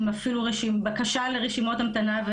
אפילו עם בקשה לרשימות המתנה,